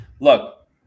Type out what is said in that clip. Look